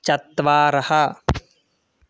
चत्वारः